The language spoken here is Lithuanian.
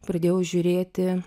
pradėjau žiūrėti